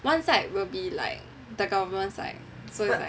one side will be like the government side so is like